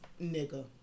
Nigga